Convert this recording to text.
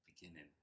beginning